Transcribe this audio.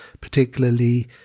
particularly